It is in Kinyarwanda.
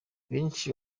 benshi